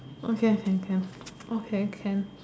okay okay can okay can